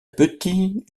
petit